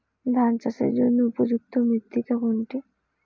ধান চাষের জন্য উপযুক্ত মৃত্তিকা কোনটি?